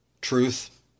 truth